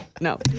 No